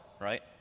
right